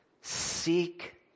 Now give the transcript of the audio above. seek